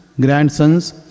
grandsons